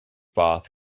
bath